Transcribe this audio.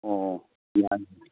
ꯑꯣ ꯌꯥꯅꯤ